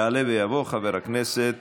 יעלה ויבוא חבר הכנסת